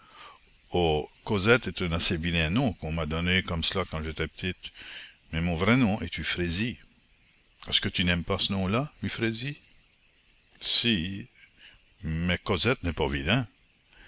oh cosette est un assez vilain nom qu'on m'a donné comme cela quand j'étais petite mais mon vrai nom est euphrasie est-ce que tu n'aimes pas ce nom-là euphrasie si mais cosette n'est pas